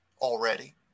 already